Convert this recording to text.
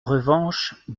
revanche